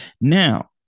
Now